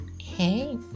hey